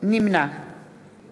נמנע